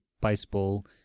baseball